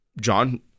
John